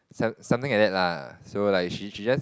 some something like that lah so like she she just